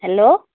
hello